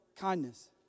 Kindness